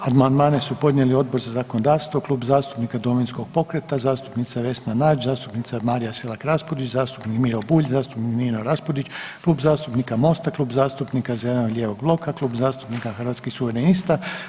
Amandmane su podnijeli Odbor za zakonodavstvo, Klub zastupnika Domovinskog pokreta, zastupnica Vesna Nađ, zastupnica Marija Selak Raspudić, zastupnik Miro Bulj, zastupnik Nino Raspudić, Klub zastupnika Mosta, Klub zastupnika zeleno-lijevog bloka, Klub zastupnika Hrvatskih suverenista.